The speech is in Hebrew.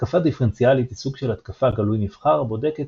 התקפה דיפרנציאלית היא סוג של התקפת גלוי-נבחר הבודקת